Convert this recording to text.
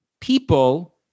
people